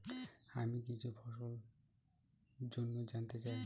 আমি কিছু ফসল জন্য জানতে চাই